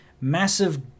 massive